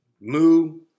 moo